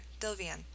Dilvian